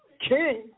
king